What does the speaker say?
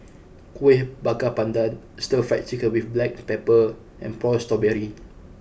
Kuih Bakar Pandan Stir Fried Chicken with Black Pepper and Prata Berry